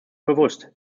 bewusst